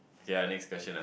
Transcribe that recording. okay lah next question lah